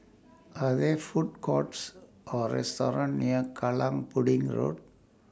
Are There Food Courts Or restaurants near Kallang Pudding Road